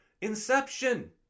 inception